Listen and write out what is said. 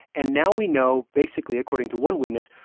and now we know basically, according to one witness,